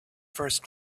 first